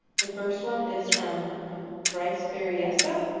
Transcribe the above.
the first one is from bryce berryessa